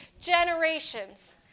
generations